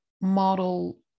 model